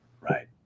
Right